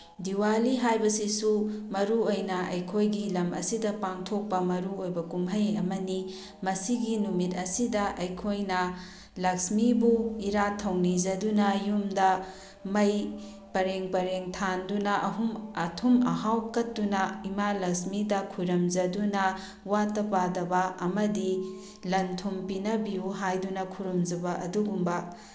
ꯗꯤꯋꯥꯂꯤ ꯍꯥꯏꯕꯁꯤꯁꯨ ꯃꯔꯨꯑꯣꯏꯅ ꯑꯩꯈꯣꯏꯒꯤ ꯂꯝ ꯑꯁꯤꯗ ꯄꯥꯡꯊꯣꯛꯄ ꯃꯔꯨꯑꯣꯏꯕ ꯀꯨꯝꯍꯩ ꯑꯃꯅꯤ ꯃꯁꯤꯒꯤ ꯅꯨꯃꯤꯠ ꯑꯁꯤꯗ ꯑꯩꯈꯣꯏꯅ ꯂꯛꯁꯃꯤꯕꯨ ꯏꯔꯥꯠ ꯊꯧꯅꯤꯖꯗꯨꯅ ꯌꯨꯝꯗ ꯃꯩ ꯄꯔꯦꯡ ꯄꯔꯦꯡ ꯊꯥꯟꯗꯨꯅ ꯑꯊꯨꯝ ꯑꯍꯥꯎ ꯀꯠ ꯏꯃꯥ ꯂꯛꯁꯃꯤꯗ ꯈꯨꯔꯨꯝꯖꯗꯨꯅ ꯋꯥꯠꯇ ꯄꯥꯗꯕ ꯑꯃꯗꯤ ꯂꯟ ꯊꯨꯝ ꯄꯤꯅꯕꯤꯌꯨ ꯍꯥꯏꯗꯨꯅ ꯈꯨꯔꯨꯝꯖꯕ ꯑꯗꯨꯒꯨꯝꯕ